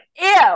ew